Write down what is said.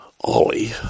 Ollie